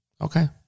Okay